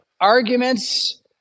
arguments